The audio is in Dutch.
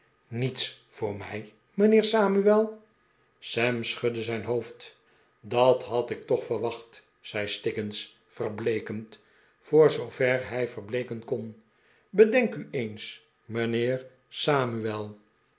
niets voor mij mijnheer samuel sam schudde zijn hoofd dat had ik toch verwacht zei stiggins verbleekend voor zoover hij verbleeken kon bedenk u eens mijnheer